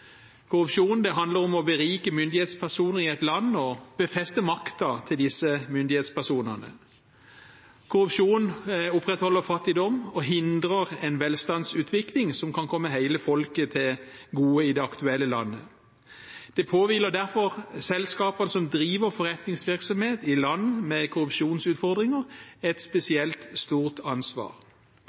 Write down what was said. Korrupsjon handler om å berike myndighetspersoner i et land og befeste makten til disse myndighetspersonene. Korrupsjon opprettholder fattigdom og hindrer en velstandsutvikling som kan komme hele folket til gode i det aktuelle landet. Det påhviler derfor selskaper som driver forretningsvirksomhet i land med korrupsjonsutfordringer, et spesielt stort ansvar.